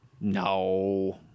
No